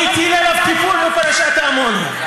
והטיל עליו טיפול בפרשת האמוניה.